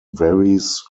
varies